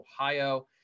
Ohio